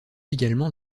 également